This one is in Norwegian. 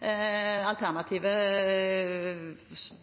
Alternativet er,